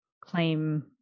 claim